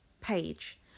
page